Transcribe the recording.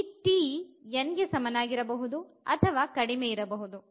ಈ t n ಗೆ ಸಮವಾಗಿರಬಹುದು ಅಥವಾ ಕಡಿಮೆ ಇರಬಹುದು